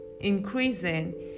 increasing